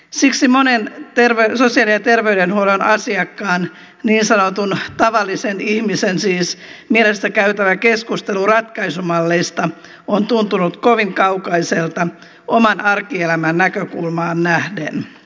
siksi monen sosiaali ja terveydenhuollon asiakkaan niin sanotun tavallisen ihmisen siis mielestä käytävä keskustelu ratkaisumalleista on tuntunut kovin kaukaiselta oman arkielämän näkökulmaan nähden